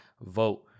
vote